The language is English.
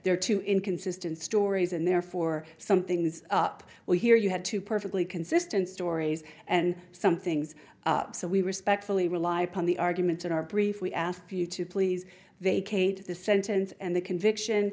are two inconsistent stories and therefore something's up well here you have to perfectly consistent stories and some things so we respectfully rely upon the arguments in our brief we ask you to please they kate the sentence and the conviction